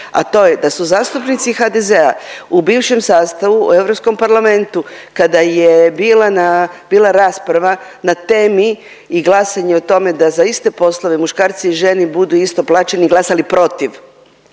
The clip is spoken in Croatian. a to je da su zastupnici HDZ-a u bivšem sastavu u Europskom parlamentu kada je bila na, bila rasprava na temi i glasanje o tome da za iste poslove muškarci i žene budu isto plaćeni glasali protiv,